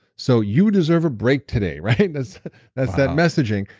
so you deserve a break today, right? that's that's that messaging.